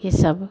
यह सब